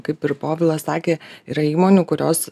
kaip ir povilas sakė yra įmonių kurios